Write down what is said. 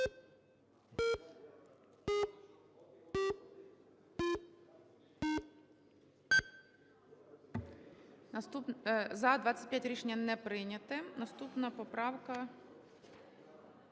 За-22 Рішення не прийнято. Наступна поправка